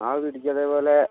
ആവി പിടിക്കുക അതേപോലെ